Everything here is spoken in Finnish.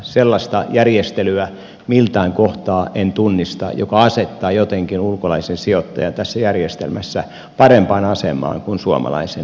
en tunnista miltään kohtaa sellaista järjestelyä joka asettaa jotenkin ulkolaisen sijoittajan tässä järjestelmässä parempaan asemaan kuin suomalaisen ehdottomasti en